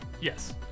yes